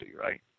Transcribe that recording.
right